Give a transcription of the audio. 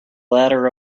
ladder